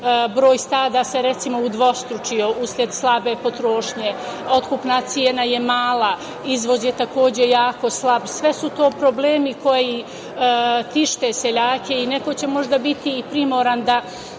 broj stada se, recimo, udvostručio usled slabe potrošnje. Otkupna cena je mala, izvoz je takođe jako slab, sve su to problemi koji tište seljake i neko će možda biti i primoran da